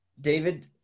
David